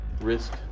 risk